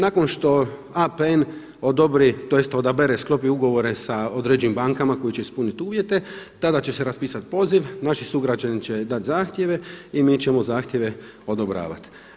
Nakon što APN odobri, tj. odabere, sklopi ugovore sa određenim bankama koji će ispuniti uvjete, tada će se raspisati poziv, naši sugrađani će dati zahtjeve i mi ćemo zahtjeve odobravati.